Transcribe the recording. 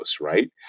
right